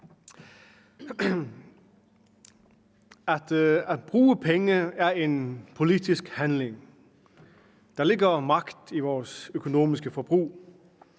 At bruge penge er en politisk handling. Der ligger magt i vores økonomiske forbrug.